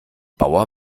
bauer